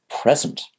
present